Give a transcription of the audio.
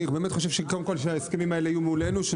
חשוב שכל ההסכמים האלה יהיו מולנו כדי